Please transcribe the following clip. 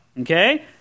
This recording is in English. okay